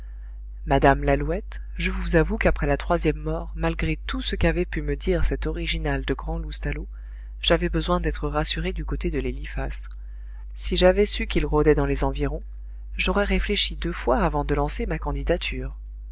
madame lalouette je vous avoue qu'après la troisième mort malgré tout ce qu'avait pu me dire cet original de grand loustalot j'avais besoin d'être rassuré du côté de l'eliphas si j'avais su qu'il rôdait dans les environs j'aurais réfléchi deux fois avant de lancer ma candidature